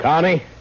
Connie